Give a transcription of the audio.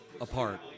apart